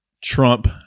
trump